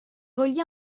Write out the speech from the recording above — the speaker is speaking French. relié